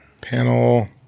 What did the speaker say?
panel